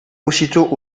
aussitôt